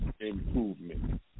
improvement